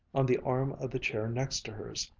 on the arm of the chair next hers.